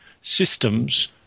systems